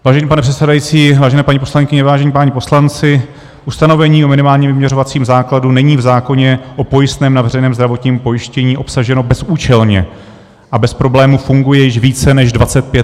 Vážený pane předsedající, vážené paní poslankyně, vážení páni poslanci, ustanovení o minimálním vyměřovacím základu není v zákoně o pojistném na veřejném zdravotním pojištění obsaženo bezúčelně a bez problémů funguje již více než 25 let.